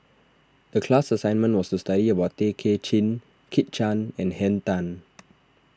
the class assignment was to study about Tay Kay Chin Kit Chan and Henn Tan